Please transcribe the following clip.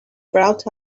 brought